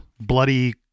Bloody